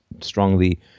strongly